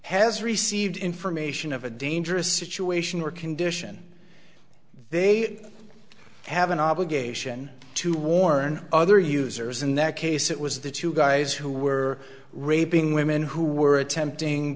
has received information of a dangerous situation or condition they have an obligation to warn other users in that case it was the two guys who were raping women who were attempting